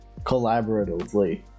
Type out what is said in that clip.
collaboratively